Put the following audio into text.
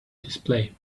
display